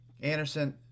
Anderson